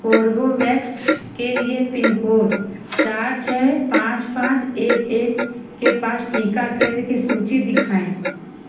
Corbevax के लिए pin code चार छ पाँच पाँच एक एक के पास टीका केंद्र की सूची दिखाएँ